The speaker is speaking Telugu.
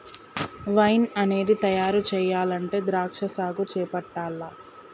వైన్ అనేది తయారు చెయ్యాలంటే ద్రాక్షా సాగు చేపట్టాల్ల